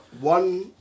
one